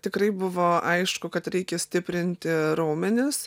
tikrai buvo aišku kad reikia stiprinti raumenis